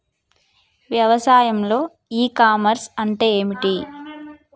వ్యవసాయంలో e commerce అంటే ఏమిటి?